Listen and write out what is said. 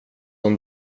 hon